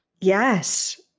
Yes